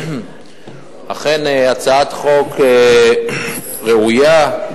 אכן הצעת החוק ראויה,